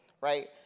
right